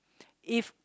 if